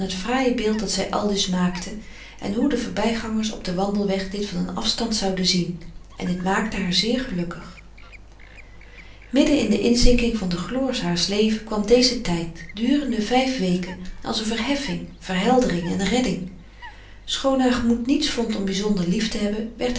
fraaie beeld dat zij aldus maakte en hoe de voorbijgangers op den wandelweg dit van een afstand zouden zien en dit maakte haar zeer gelukkig midden in de inzinking van de gloor haars levens kwam deze tijd durende vijf weken als een verheffing verheldering en redding schoon haar gemoed niets vond om bizonder lief te hebben